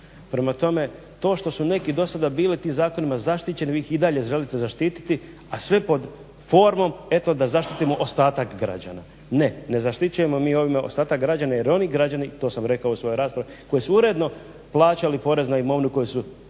Prema tome, to što su neki do sada bili tim zakonima zaštićeni vi ih i dalje želite zaštiti, a sve pod formom eto da zaštitimo ostatak građana. Ne. Ne zaštićujemo mi ovime ostatak građana jer oni građani to sam rekao u svojoj raspravi koji su uredno plaćali porez na imovinu koju su